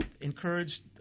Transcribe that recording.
encourage